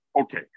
Okay